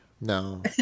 No